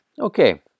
Okay